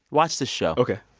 watch the show ok.